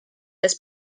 this